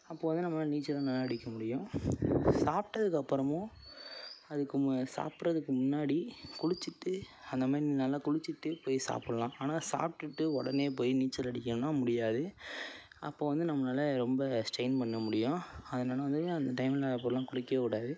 அப்போது வந்து நம்ம நீச்சலும் நல்லா அடிக்க முடியும் சாப்பிட்டதுக்கப்பறமும் அதுக்கு மு சாப்படறதுக்கு முன்னாடி குளித்துட்டு அந்த மாதிரி நல்லா குளித்துட்டு போய் சாப்புடல்லாம் ஆனால் சாப்பிட்டுட்டு உடனே போயி நீச்சல் அடிக்கணுனால் முடியாது அப்போது வந்து நம்ளால ரொம்ப ஸ்ட்ரெய்ன் பண்ண முடியும் அதனால வந்து அந்த டைமில் அப்போலாம் குளிக்கக்கூடாது